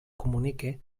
comunique